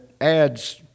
adds